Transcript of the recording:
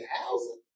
housing